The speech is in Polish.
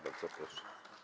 Bardzo proszę.